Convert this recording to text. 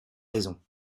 raison